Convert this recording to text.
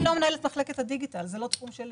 אני לא מנהלת מחלקת הדיגיטל, זה לא התחום שלי.